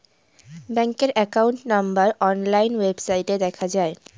ব্যাঙ্কের account number online ওয়েবসাইটে দেখা যায়